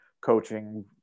coaching